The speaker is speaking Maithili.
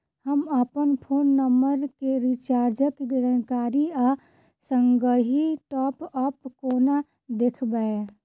हम अप्पन फोन नम्बर केँ रिचार्जक जानकारी आ संगहि टॉप अप कोना देखबै?